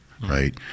right